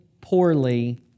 poorly